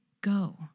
go